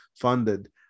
funded